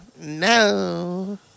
No